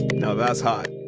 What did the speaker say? you know that's hot!